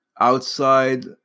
Outside